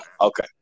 Okay